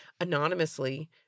anonymously